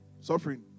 Suffering